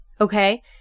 okay